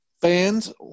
fans